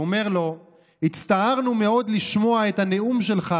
הוא אומר לו: הצטערנו מאוד לשמוע את הנאום שלך